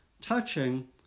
touching